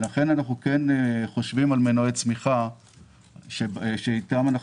לכן אנחנו חושבים על מנועי צמיחה שאיתם אנחנו